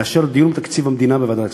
מדיון בתקציב המדינה בוועדת הכספים,